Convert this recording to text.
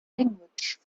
language